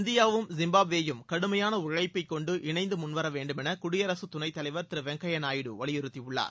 இந்தியாவும் ஜிம்பாப்வேவும் கடுமையான உழைப்பை கொண்டு இணைந்து முன்வரவேண்டும் என குடியரசு துணைத்தலைவர் திரு வெங்கையா நாயுடு வலியுறுத்தியுள்ளார்